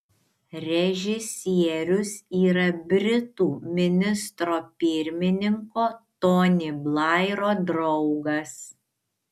režisierius yra britų ministro pirmininko tony blairo draugas